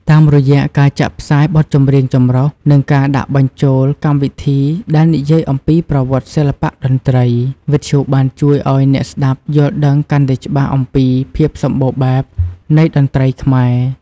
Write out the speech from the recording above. តាមរយៈការចាក់ផ្សាយបទចម្រៀងចម្រុះ និងការដាក់បញ្ចូលកម្មវិធីដែលនិយាយអំពីប្រវត្តិសិល្បៈតន្ត្រី វិទ្យុបានជួយឲ្យអ្នកស្តាប់យល់ដឹងកាន់តែច្បាស់អំពីភាពសម្បូរបែបនៃតន្ត្រីខ្មែរ។